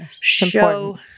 Show